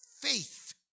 faith